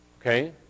okay